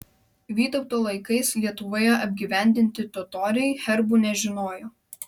vytauto laikais lietuvoje apgyvendinti totoriai herbų nežinojo